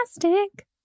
Fantastic